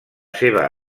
seva